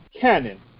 canon